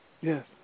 Yes